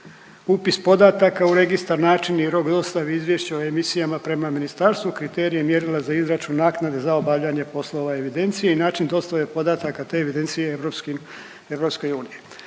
upis podataka u registar, način i rok dostave izvješća o emisijama prema ministarstvu, kriterije i mjerila za izračun naknade za obavljanje poslova evidencije i način dostave podataka te evidencije europskim,